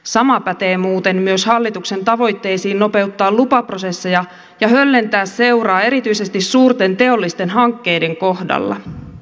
sama pätee muuten myös hallituksen tavoitteisiin nopeuttaa lupaprosesseja ja höllentää seuraa erityisesti suurten teollisten hankkeiden kohdalla